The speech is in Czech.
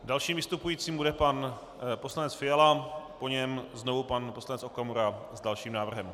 Dalším vystupujícím bude pan poslanec Fiala, po něm znovu pan poslanec Okamura s dalším návrhem.